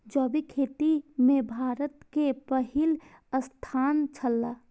जैविक खेती में भारत के पहिल स्थान छला